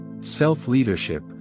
Self-leadership